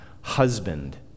husband